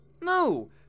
No